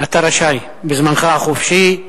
אתה רשאי, בזמנך החופשי,